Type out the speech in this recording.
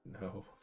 no